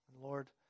Lord